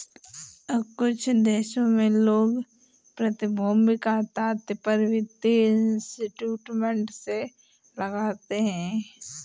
कुछ देशों में लोग प्रतिभूति का तात्पर्य वित्तीय इंस्ट्रूमेंट से लगाते हैं